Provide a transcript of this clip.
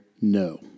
no